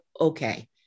okay